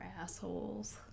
assholes